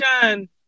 shine